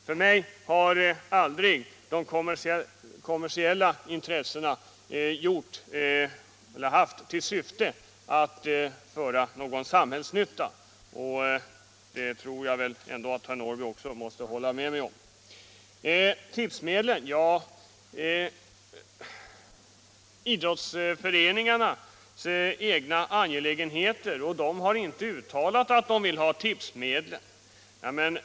För mig har aldrig de kommersiella intressena haft till syfte att göra någon samhällsnytta, och jag tror att herr Norrby måste hålla med mig när jag har den uppfattningen. När det sedan gäller tipsmedlen anförs att detta är idrottsföreningarnas egna angelägenheter och att de inte har uttalat att de vill ha tipsmedel.